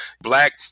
black